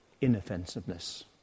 inoffensiveness